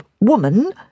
woman